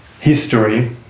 history